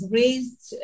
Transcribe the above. raised